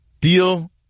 Deal